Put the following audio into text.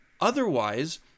Otherwise